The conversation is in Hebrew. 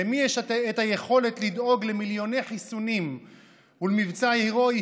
למי יש את היכולת לדאוג למיליוני חיסונים ולמבצע הירואי,